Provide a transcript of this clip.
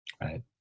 Right